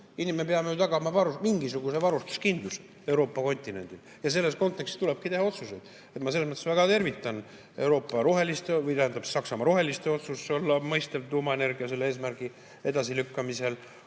Me peame tagama mingisuguse varustuskindluse Euroopa kontinendil ja selles kontekstis tulebki teha otsuseid. Ma selles mõttes väga tervitan Saksamaa roheliste otsust olla mõistev tuumaenergia selle eesmärgi edasilükkamisel,